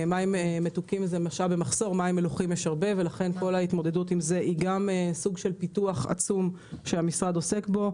יש הרבה מים מלוחים בישראל ולכן מדובר בפיתוח עצום שהמשרד עוסק בו.